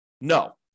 No